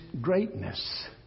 greatness